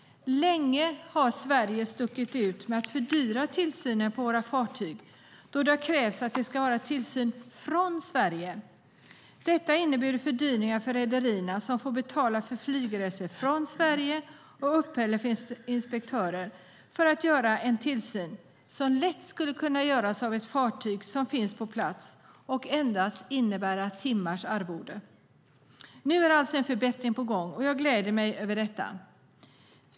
Länge har Sverige stuckit ut med att fördyra tillsynen på sina fartyg, då det har krävts att det ska vara tillsyn från Sverige. Detta har inneburit fördyrningar för rederierna, som får betala för flygresor från Sverige och uppehälle för inspektörer för att göra en tillsyn som lätt skulle kunna göras av ett företag som finns på plats och endast innebära timmars arvode. Nu är alltså en förbättring på gång, och jag gläder mig åt detta.